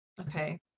Okay